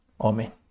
Amen